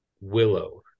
Willow